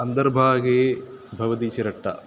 अन्तर्भागे भवति चिरट्टा